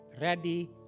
ready